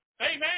Amen